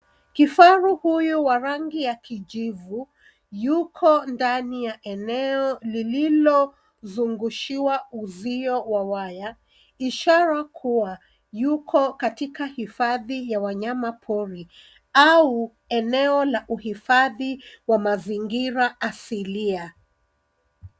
Kifaru huyu wa rangi ya kijivu, yuko ndani ya eneo lililozungushiwa uzio wa waya ishara kuwa yuko katika hifadhi ya wanyamapori au eneo la uhifadhi wa mazingira asilia.